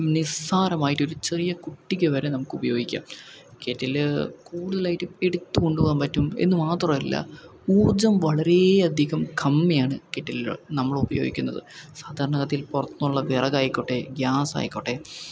നിസ്സാരമായിട്ട് ഒരു ചെറിയ കുട്ടിക്ക് വരെ നമുക്ക് ഉപയോഗിക്കാം കെറ്റില് കൂളായിട്ട് എടുത്ത് കൊണ്ടു പോകാൻ പറ്റും എന്നു മാത്രമല്ല ഊർജം വളരെയധികം കമ്മിയാണ് കെറ്റിലില് നമ്മള് ഉപയോഗിക്കുന്നത് സാധാരണഗതിയിൽ പുറത്തുന്നുള്ള വിറകായിക്കോട്ടെ ഗ്യാസായിക്കോട്ടെ